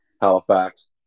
Halifax